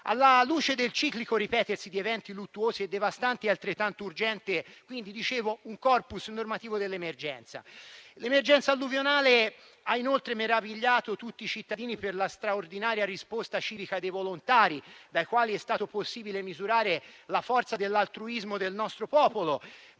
Alla luce del ciclico ripetersi di eventi luttuosi e devastanti è altrettanto urgente un *corpus* normativo dell'emergenza. L'emergenza alluvionale ha inoltre meravigliato tutti i cittadini per la straordinaria risposta civica dei volontari, dai quali è stato possibile misurare la forza dell'altruismo del nostro popolo,